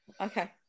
Okay